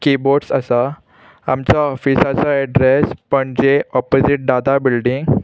keyboards आसा आमच्या ऑफिसाचो address Panaji opposite Dada building